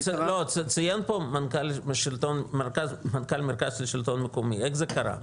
ציין פה מנכ"ל המרכז לשלטון מקומי איך זה קרה,